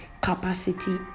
capacity